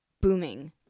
booming